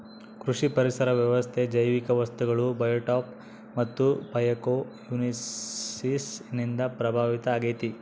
ಕೃಷಿ ಪರಿಸರ ವ್ಯವಸ್ಥೆ ಜೈವಿಕ ವಸ್ತುಗಳು ಬಯೋಟೋಪ್ ಮತ್ತು ಬಯೋಕೊಯನೋಸಿಸ್ ನಿಂದ ಪ್ರಭಾವಿತ ಆಗೈತೆ